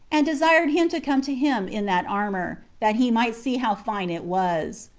and desired him to come to him in that armor, that he might see how fine it was.